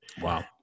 Wow